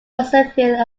russellville